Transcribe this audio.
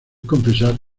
confesar